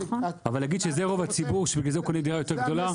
אבל להגיד שזה רוב הציבור שמזה הוא קונה דירה יותר גדולה?